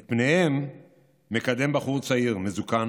את פניהם מקדם בחור צעיר, מזוקן